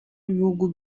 b’ibihugu